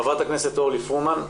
חברת הכנסת אורלי פרומן,